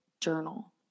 journal